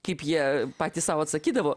kaip jie patys sau atsakydavo